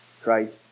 Christ